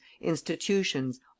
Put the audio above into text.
institutions